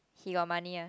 he got money ah